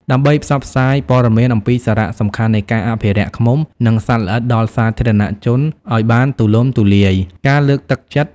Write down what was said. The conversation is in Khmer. ដើម្បីផ្សព្វផ្សាយព័ត៌មានអំពីសារៈសំខាន់នៃការអភិរក្សឃ្មុំ និងសត្វល្អិតដល់សាធារណជនឱ្យបានទូលំទូលាយ។